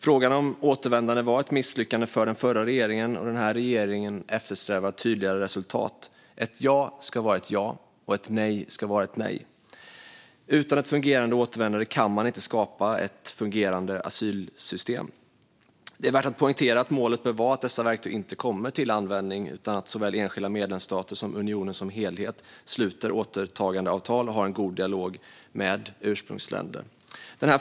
Frågan om återvändande var ett misslyckade för den förra regeringen, och den här regeringen eftersträvar tydligare resultat. Ett ja ska vara ett ja, och ett nej ska vara ett nej. Utan ett fungerande återvändande kan man inte skapa ett fungerande asylsystem. Det är värt att poängtera att målet bör vara att dessa verktyg inte kommer till användning utan att såväl enskilda medlemsstater som unionen som helhet sluter återtagandeavtal och har en god dialog med ursprungsländer.